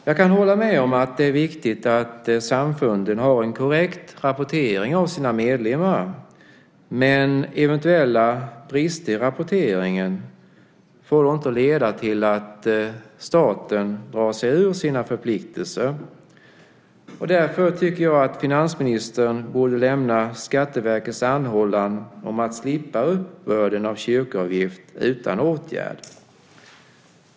Jag kan hålla med om att det är viktigt att samfunden har en korrekt rapportering av sina medlemmar, men eventuella brister i rapporteringen får inte leda till att staten drar sig ur sina förpliktelser. Därför tycker jag att finansministern borde lämna Skatteverkets anhållan om att slippa uppbörden av kyrkoavgift utan åtgärd.